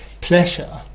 pleasure